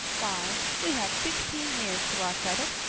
why, we have sixteen years to our credit,